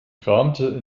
kramte